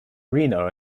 reno